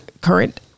current